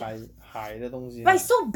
海海的东西啦